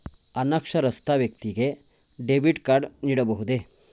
ಅನಕ್ಷರಸ್ಥ ವ್ಯಕ್ತಿಗೆ debit card ನೀಡಬಹುದೇ?